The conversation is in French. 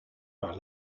par